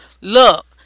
Look